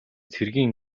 цэргийн